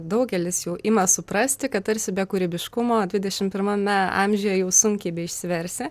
daugelis jau ima suprasti kad tarsi be kūrybiškumo dvidešimt pirmame amžiuje jau sunkiai išsiversi